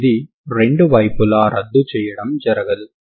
అంటే రెండు పరిష్కారాలు సమానం అవ్వాలి